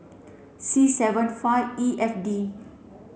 C seven five E F D